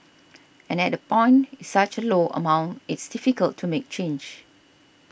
and at that point such a low amount it's difficult to make change